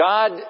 God